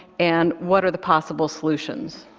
and what are the possible solutions?